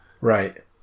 Right